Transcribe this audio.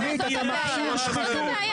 עמית, אתה מכשיר שחיתות,